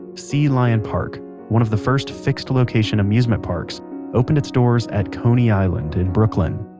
sea lion park one of the first fixed-location amusement parks opened its doors at coney island in brooklyn,